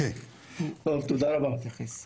טוב, תודה רבה.